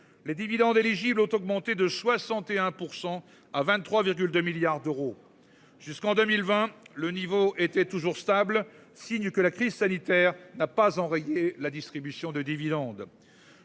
Les dividendes éligibles autant augmenté de 61% à 23,2 milliards d'euros jusqu'en 2020, le niveau était toujours stable, signe que la crise sanitaire n'a pas enrayé la distribution de dividendes.